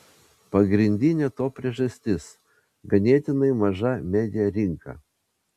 pagrindinė to priežastis ganėtinai maža media rinka